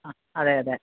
അതെ അതെ